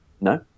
No